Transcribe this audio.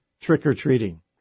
trick-or-treating